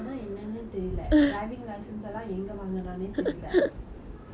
!hais! sad times embarrassing times